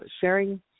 sharing